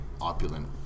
opulent